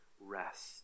rest